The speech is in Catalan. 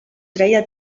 treia